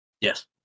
Yes